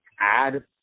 add